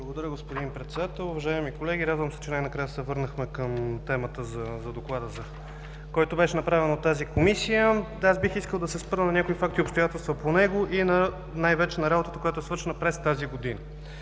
Благодаря, господин Председател. Уважаеми колеги, радвам се, че най-накрая се върнахме към темата за Доклада, направен от тази Комисия. Аз бих искал да се спра на някои факти и обстоятелства по него и най-вече на работата, свършена през тази година.